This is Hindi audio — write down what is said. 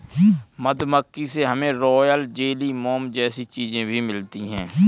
मधुमक्खी से हमे रॉयल जेली, मोम जैसी चीजे भी मिलती है